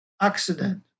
accident